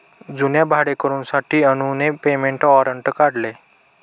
जुन्या भाडेकरूंसाठी अनुने पेमेंट वॉरंट काढले